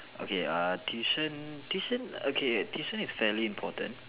okay err tuition tuition okay tuition is fairly important